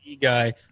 guy